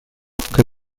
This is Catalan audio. que